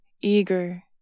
eager